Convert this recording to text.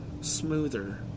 smoother